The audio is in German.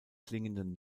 klingenden